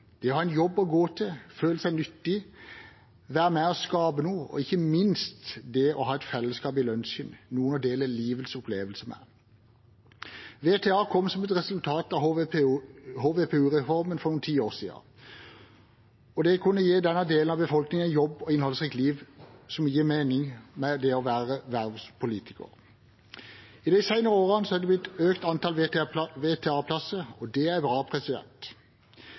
det å ha en jobb å gå til, føle seg nyttig, være med på å skape noe og ikke minst det å ha et fellesskap i lunsjen, noen å dele livets opplevelser med. VTA kom som et resultat av HVPU-reformen for noen tiår siden. Det å kunne gi denne delen av befolkningen jobb og et innholdsrikt liv gir mening med det å ha verv som politiker. I de senere årene har det blitt et økt antall VTA-plasser, og det er bra.